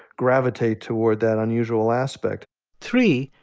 gravitate toward that unusual aspect three,